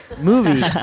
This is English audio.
movie